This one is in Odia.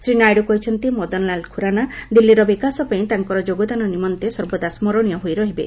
ଶ୍ରୀ ନାଇଡ଼ୁ କହିଛନ୍ତି ମଦନଲାଲ୍ ଖୁରାନା ଦିଲ୍ଲୀର ବିକାଶ ପାଇଁ ତାଙ୍କର ଯୋଗଦାନ ନିମନ୍ତେ ସର୍ବଦା ସ୍କରଣୀୟ ହୋଇ ରହିବେ